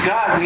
God